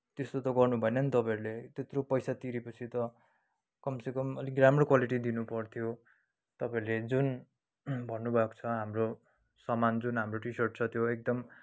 त्यस्तो त गर्नुभएन नि तपाईँहरूले त्यत्रो पैसा तिरे पछि त कमसेकम अलिक राम्रो क्वालिटी दिनुपर्थ्यो तपाईँहरूले जुन भन्नु भएको छ हाम्रो सामान जुन हाम्रो टि सर्ट छ त्यो एकदम